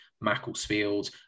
Macclesfield